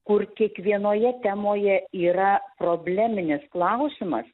kur kiekvienoje temoje yra probleminis klausimas